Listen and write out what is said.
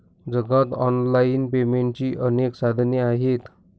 जगात ऑनलाइन पेमेंटची अनेक साधने आहेत